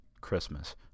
christmas